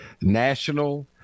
national